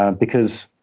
um because